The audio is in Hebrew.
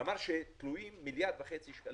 החינוך שתלויים 1.5 מיליארד שקלים